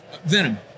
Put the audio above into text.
Venom